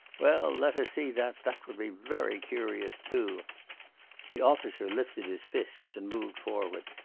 well, let us see that, that would be very curious, too the officer lifted his fists and moved forward,